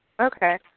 Okay